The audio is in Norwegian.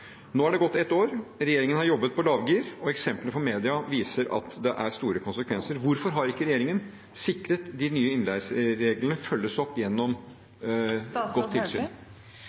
Nå har det gått ett år. Regjeringen har jobbet på lavgir, og eksempler fra media viser at det er store konsekvenser. Hvorfor har ikke regjeringen sikret at de nye innleiereglene følges opp gjennom godt